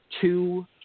two